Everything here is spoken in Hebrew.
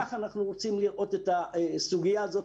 כך אנחנו רוצים לראות את הסוגיה הזאת